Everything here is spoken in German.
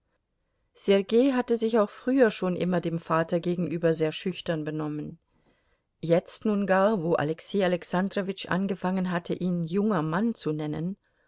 sergei hatte sich auch früher schon immer dem vater gegenüber sehr schüchtern benommen jetzt nun gar wo alexei alexandrowitsch angefangen hatte ihn junger mann zu nennen